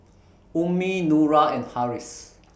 Ummi Nura and Harris